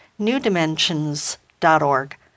newdimensions.org